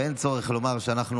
ואין צורך לומר שאנחנו